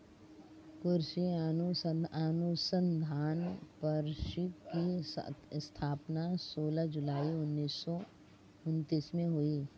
कृषि अनुसंधान परिषद की स्थापना सोलह जुलाई उन्नीस सौ उनत्तीस में हुई